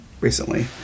recently